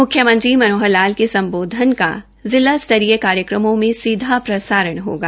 मुख्यमंत्री श्री मनोहर लाल के सम्बोधन का जिला स्तरीय कार्यक्रमों में सीधा प्रसारण होगा